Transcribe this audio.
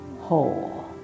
whole